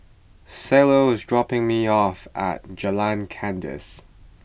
Cielo is dropping me off at Jalan Kandis